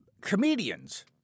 comedians